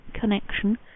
connection